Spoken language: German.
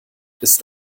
ist